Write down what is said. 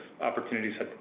opportunities